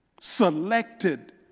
selected